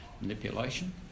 manipulation